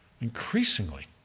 Increasingly